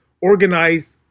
organized